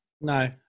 No